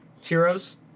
Heroes